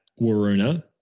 Waruna